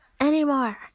anymore